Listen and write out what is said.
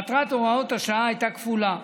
מטרת הוראות השעה הייתה כפולה: